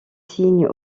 signe